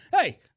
hey